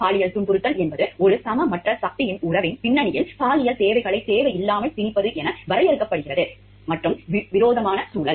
பாலியல் துன்புறுத்தல் என்பது ஒரு சமமற்ற சக்தியின் உறவின் பின்னணியில் பாலியல் தேவைகளை தேவையில்லாமல் திணிப்பது என வரையறுக்கப்படுகிறது எனவே quid pro quo மற்றும் விரோதமான சூழல்